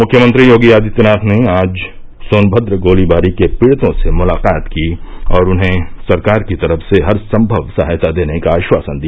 मुख्यमंत्री योगी आदित्यनाथ ने आज सोनभद्र गोलीबारी के पीड़ितों से मुलाकात की और उन्हें सरकार की तरफ से हर संभव सहायता देने का आश्वासन दिया